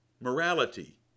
morality